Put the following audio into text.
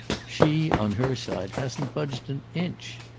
she, on her side, hasn't budged an inch.